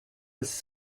was